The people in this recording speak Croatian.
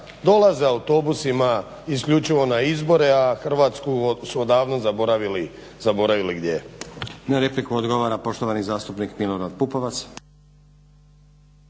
dolaze autobusima isključivo na izbore, a Hrvatsku smo davno zaboravili gdje je. **Stazić, Nenad (SDP)** Na repliku odgovara poštovani zastupnik Milorad Pupovac.